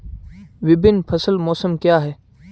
विभिन्न फसल मौसम क्या हैं?